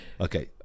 Okay